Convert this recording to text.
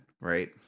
Right